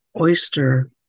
oyster